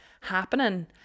happening